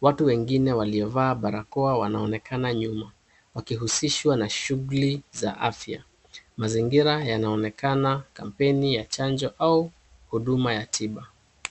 Watu wengine waliovaa barakoa wanaonekana nyuma wakihusishwa na shughuli za afya. Mazingira yanaonekana kampeni ya chanjo au huduma ya tiba.